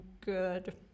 good